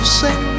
say